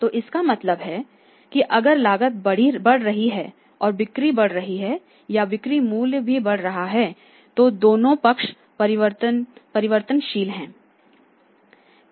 तो इसका मतलब है कि अगर लागत बढ़ रही है और बिक्री बढ़ रही है या बिक्री मूल्य भी बढ़ रहा है तो दोनों पक्ष परिवर्तनशील हैं